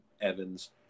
Evans